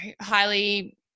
highly